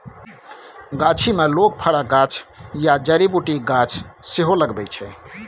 गाछी मे लोक फरक गाछ या जड़ी बुटीक गाछ सेहो लगबै छै